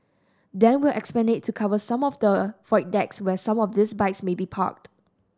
then we'll expand it to cover some of the void decks where some of these bikes may be parked